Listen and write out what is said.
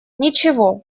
ничего